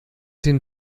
den